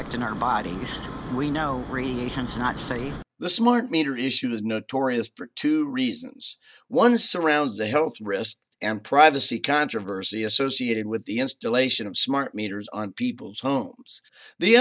affect in our body we know not to eat the smart meter issues notorious for two reasons one surrounds the health risks and privacy controversy associated with the installation of smart meters on people's homes the